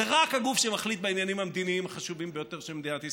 זה רק הגוף שמחליט בעניינים המדיניים החשובים ביותר של מדינת ישראל,